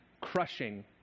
crushing